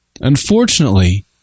Unfortunately